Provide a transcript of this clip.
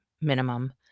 minimum